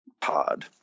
pod